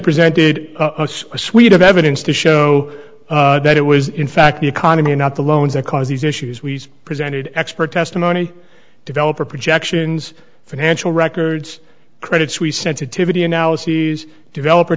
presented a suite of evidence to show that it was in fact the economy not the loans that caused these issues we presented expert testimony developer projections financial records credit suisse sensitivity analyses developer